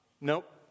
Nope